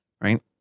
right